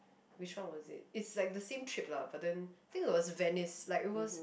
which one was it it's like the same trip lah but then think it was Venice like it was